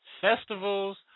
festivals